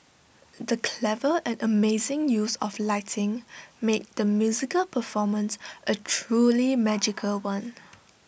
the clever and amazing use of lighting made the musical performance A truly magical one